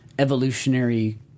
evolutionary